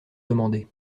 demandé